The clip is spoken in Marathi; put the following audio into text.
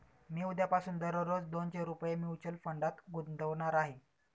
मी उद्यापासून दररोज दोनशे रुपये म्युच्युअल फंडात गुंतवणार आहे